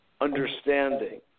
understanding